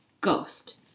Ghost